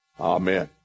Amen